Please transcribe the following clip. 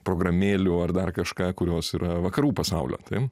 programėlių ar dar kažką kurios yra vakarų pasaulio taip